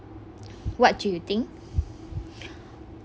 what do you think